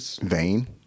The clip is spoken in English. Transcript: Vain